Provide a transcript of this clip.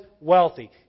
wealthy